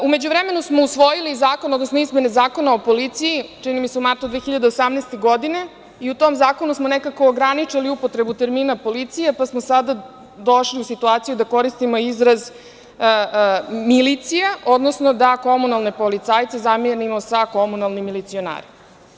U međuvremenu smo usvojili izmene Zakona o policiji, čini mi se u martu 2018. godine, i u tom zakonu smo nekako ograničili upotrebu termina policije, pa smo sada došli u situaciju da koristimo izraz milicija, odnosno da komunalne policajce zamenimo sa komunalnim milicionarima.